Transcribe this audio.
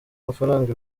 amafaranga